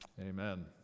Amen